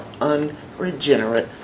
unregenerate